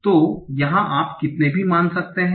तो यहाँ आप कितने भी मान सकते हैं